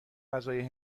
غذای